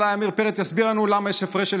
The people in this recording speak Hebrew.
אולי עמיר פרץ יסביר לנו למה יש הפרש של